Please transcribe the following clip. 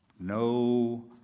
no